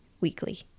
weekly